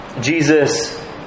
Jesus